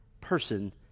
person